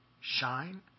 shine